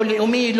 לא לאומי,